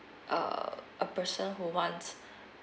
err a person who wants